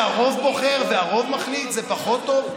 שהרוב בוחר והרוב מחליט זה פחות טוב?